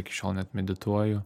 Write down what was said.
iki šiol net medituoju